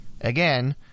Again